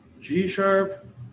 G-sharp